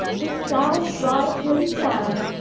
the sound drives him mad,